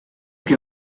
che